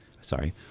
Sorry